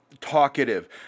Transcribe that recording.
talkative